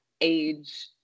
age